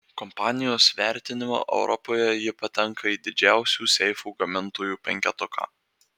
kompanijos vertinimu europoje ji patenka į didžiausių seifų gamintojų penketuką